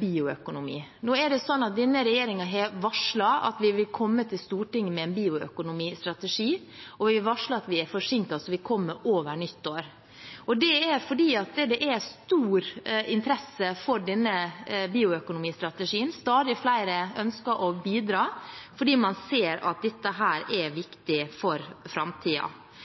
bioøkonomi. Nå er det sånn at denne regjeringen har varslet at vi vil komme til Stortinget med en bioøkonomistrategi – vi har varslet at vi er forsinket, så den kommer over nyttår – det er fordi det er så stor interesse for denne bioøkonomistrategien, og stadig flere ønsker å bidra fordi man ser at dette er viktig for